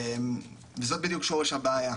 וזה בדיוק שורש הבעיה.